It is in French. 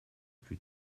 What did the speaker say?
plus